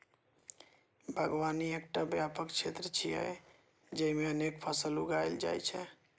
बागवानी एकटा व्यापक क्षेत्र छियै, जेइमे अनेक फसल उगायल जाइ छै